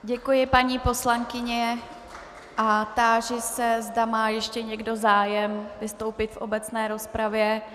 Děkuji, paní poslankyně a táži se, zda má ještě někdo zájem vystoupit v obecné rozpravě.